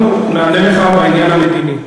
אנחנו נענה לך בעניין המדיני.